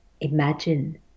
imagine